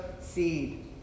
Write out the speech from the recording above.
seed